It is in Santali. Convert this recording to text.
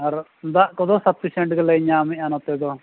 ᱟᱨ ᱫᱟᱜ ᱠᱚᱫᱚ ᱥᱟᱯᱤᱥᱮᱱᱴ ᱜᱮᱞᱮ ᱧᱟᱢᱮᱜᱼᱟ ᱱᱚᱛᱮ ᱫᱚ